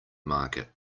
market